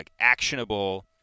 actionable